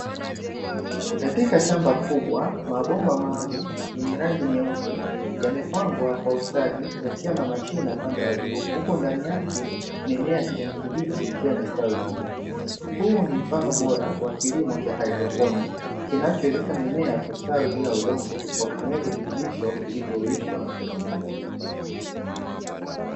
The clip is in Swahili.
Katika shamba kubwa mabomba maalumu yenye rangi nyeupe yamepangwa kwa ustadi yakiwa na mashimo upande wa juu, huku ndani yake mimea ya kijani kibichi ikiwa imestawi vizuri, huu ni mfano bora wa kilimo cha haidroponi kinachowezesha mimea kustawi bila udongo kwa kutumia virutubisho vilivyoyeyushwa kwenye maji.